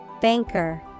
Banker